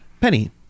Penny